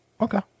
Okay